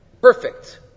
Perfect